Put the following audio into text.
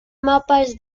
mapas